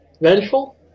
vengeful